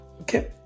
okay